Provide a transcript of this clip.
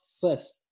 first